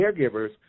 caregivers